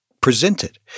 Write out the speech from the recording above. presented